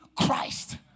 Christ